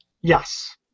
Yes